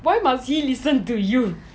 why must he listen to you